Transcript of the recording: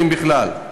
אם בכלל.